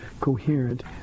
coherent